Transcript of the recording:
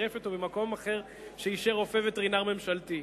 ברפת או במקום אחר שאישר רופא וטרינר ממשלתי.